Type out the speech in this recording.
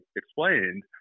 explained